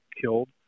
killed